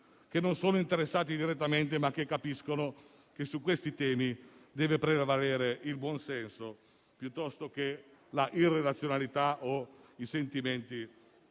che non sono interessati direttamente, ma che capiscono che su questi temi deve prevalere il buon senso, piuttosto che l'irrazionalità o i sentimenti